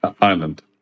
island